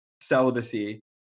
celibacy